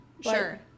Sure